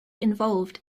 involved